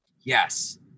yes